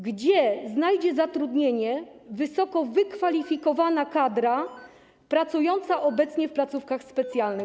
Gdzie znajdzie zatrudnienie wysoko wykwalifikowana kadra pracująca obecnie w placówkach specjalnych?